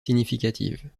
significatives